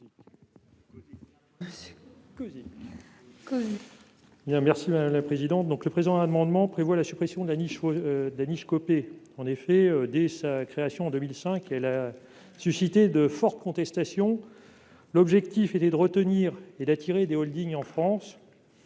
M. Thierry Cozic. Le présent amendement prévoit la suppression de la « niche Copé ». Dès sa création en 2005, celle-ci a suscité de fortes contestations. L'objectif était de retenir et d'attirer des holdings en France,